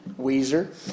Weezer